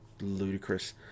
Ludicrous